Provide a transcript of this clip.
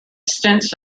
stints